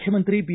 ಮುಖ್ಯಮಂತ್ರಿ ಬಿ